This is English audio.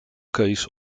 case